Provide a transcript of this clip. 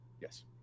Yes